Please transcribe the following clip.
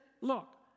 look